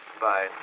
Bye